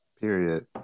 period